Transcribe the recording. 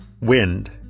wind